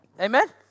Amen